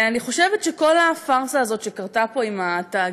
אני חושבת שכל הפארסה הזאת שקרתה פה עם התאגיד